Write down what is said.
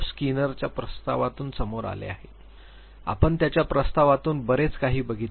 स्किनरच्या प्रस्तावातून समोर आले आपण त्याच्या प्रस्तावातून बरेच काही बघितले